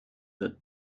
wird